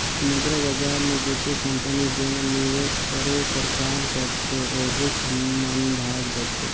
मुद्रा बजार मे बित्तीय कंपनी जेमन निवेस करे कर काम करथे ओहिच मन भाग लेथें